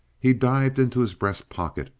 he dived into his breast-pocket,